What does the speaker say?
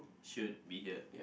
should be ya